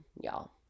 y'all